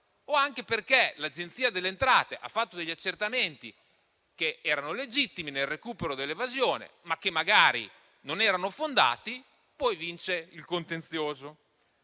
o anche perché l'Agenzia delle entrate, che ha fatto degli accertamenti che erano legittimi per il recupero dell'evasione ma non erano fondati, poi vince il contenzioso.